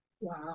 Wow